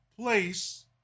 place